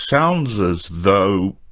sounds as though